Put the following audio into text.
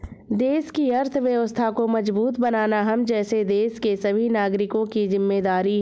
देश की अर्थव्यवस्था को मजबूत बनाना हम जैसे देश के सभी नागरिकों की जिम्मेदारी है